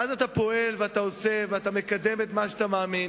ואז אתה פועל ועושה, ואתה מקדם את מה שאתה מאמין,